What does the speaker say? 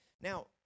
Now